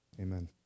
amen